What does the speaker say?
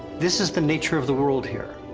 this is the nature of the world here.